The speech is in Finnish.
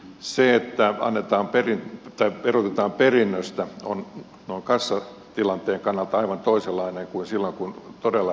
se että verotetaan perinnöstä on kassatilanteen kannalta aivan toisenlainen tapaus kuin se että todella raha vaihtaa omistajaa